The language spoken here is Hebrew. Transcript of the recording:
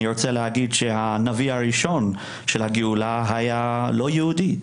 אני רוצה להגיד שהנביא הראשון של הגאולה היה לא יהודי,